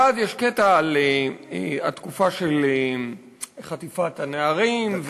ואז יש קטע על התקופה של חטיפת הנערים.